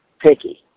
picky